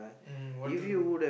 mm what to do